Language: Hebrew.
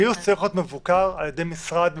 הגיוס צריך להיות מבוקר על ידי משרד ממשלתי,